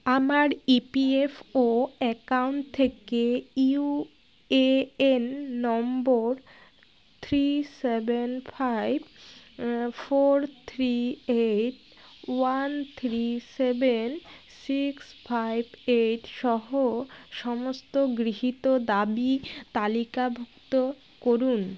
আমার E P F O account থেকে U A N number three seven five four three eight one three seven six five eight সহ সমস্ত গৃহীত দাবী তালিকাভুক্ত করুন